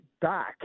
back